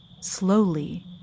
Slowly